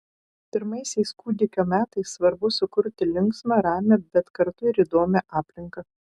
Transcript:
pirmaisiais kūdikio metais svarbu sukurti linksmą ramią bet kartu ir įdomią aplinką